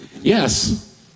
yes